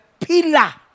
pillar